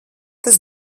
tas